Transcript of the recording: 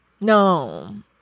No